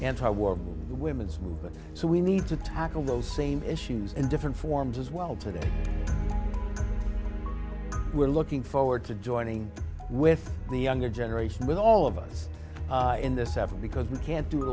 anti war women's movement so we need to tackle those same issues in different forms as well today we're looking forward to joining with the younger generation with all of us in this effort because we can't do it